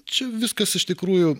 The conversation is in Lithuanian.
čia viskas iš tikrųjų